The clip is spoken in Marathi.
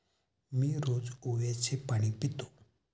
मी रोज ओव्याचे पाणी पितो